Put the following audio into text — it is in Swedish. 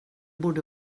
borde